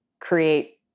create